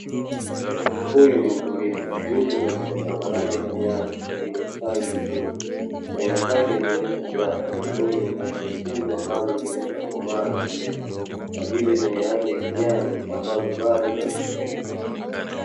Huyu ni mkulima yupo katika shamba lake la nyanya, lililostawi vizuri. Nyanya zake zimeshazaa, zipo zenye rangi nyekundu ambazo zimeshakomaa na kuiva, na zile zenye rangi ya kijani ambazo bado hazijaiva.